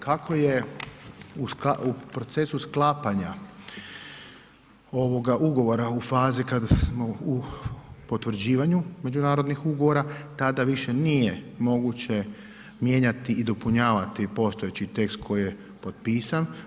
Kako je u procesu sklapanja ovoga ugovora u fazi kada smo u potvrđivanju međunarodnih ugovora, tada više nije moguće mijenjati i dopunjavati postojeći tekst koji je potpisan.